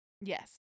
Yes